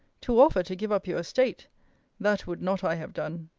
to offer to give up your estate that would not i have done!